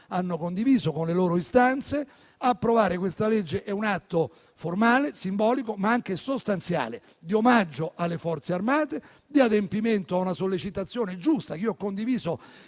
hanno condiviso con le loro istanze. Approvare questo disegno di legge è un atto formale e simbolico, ma anche sostanziale di omaggio alle Forze armate, di adempimento ad una sollecitazione giusta, che io ho condiviso